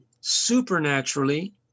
supernaturally